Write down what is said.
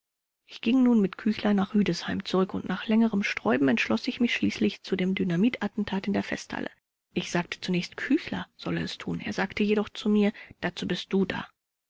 ich ging nun mit küchler nach rüdesheim zurück und nach längerem sträuben entschloß ich mich schließlich zu dem dynamitattentat in der festhalle ich sagte zunächst küchler solle es tun er sagte jedoch zu mir dazu bist du da